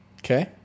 Okay